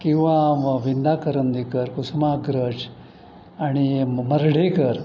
किंवा म विंदा करंदीकर कुसुमाग्रज आणि मर्ढेकर